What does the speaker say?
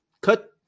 cut